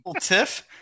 tiff